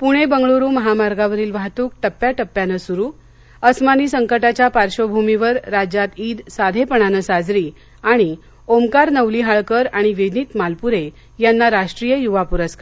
प्णे बंगळूरू महामार्गावरील वाहतूक टप्प्या टप्प्यानं सुरु अस्मानी संकटाच्या पार्श्वभूमीवर राज्यात ईद साधेपणानं साजरी आणि ओंकार नवलिहाळकर आणि विनित मालपूरे यांना राष्ट्रीय युवा पुरस्कार